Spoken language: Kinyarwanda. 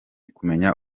kumenya